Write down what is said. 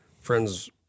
friend's